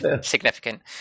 significant